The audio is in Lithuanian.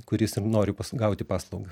kuris ir nori gauti paslaugą